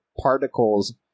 particles